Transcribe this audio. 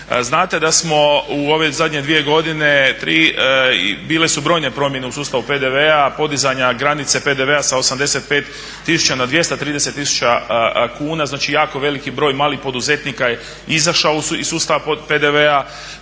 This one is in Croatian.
Znate da smo u ove zadnje dvije godine bile su brojne promjene u sustavu PDV-a podizanja granica PDV-a sa 85 tisuća na 230 tisuća kuna, znači jako veliki broj malih poduzetnika izašao iz sustava PDV-a,